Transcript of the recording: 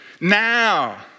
Now